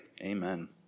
amen